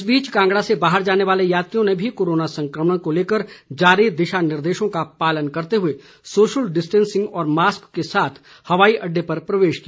इस बीच कांगड़ा से बाहर जाने वाले यात्रियों ने भी कोरोना संकमण को लेकर जारी दिशा निर्देशों का पालन करते हुए सोशल डिस्टेंसिंग व मास्क के साथ हवाई अड्डे पर प्रवेश किया